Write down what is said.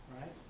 right